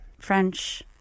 French